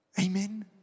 Amen